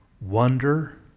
wonder